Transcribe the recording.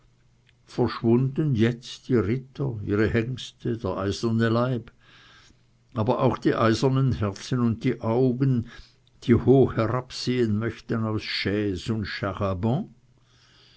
verschwunden jetzt die ritter ihre hengste der eiserne leib aber auch die eisernen herzen und die augen die hoch herabsehen möchten aus chaise und